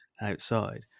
outside